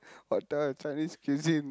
what type of Chinese cuisine